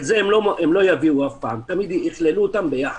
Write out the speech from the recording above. את זה הם לא יביאו אף פעם, הם יכלילו את הכל ביחד.